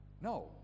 No